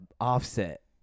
Offset